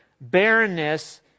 barrenness